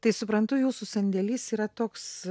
tai suprantu jūsų sandėlis yra toks